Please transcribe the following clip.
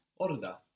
Orda